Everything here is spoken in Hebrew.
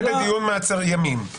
זה בדיון מעצר ימים.